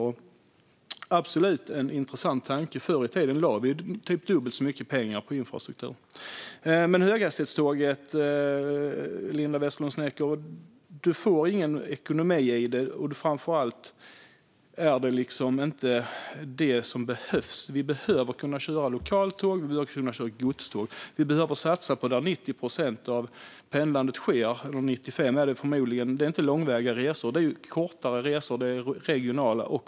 Det är absolut en intressant tanke, och förr i tiden lades det ju dubbelt så mycket pengar på infrastruktur. Man får ingen ekonomi i höghastighetståg, Linda Snecker, och framför allt behövs de inte. Vi behöver kunna köra lokaltåg och godståg. Runt 95 procent av pendlingen består av korta resor lokalt och regionalt.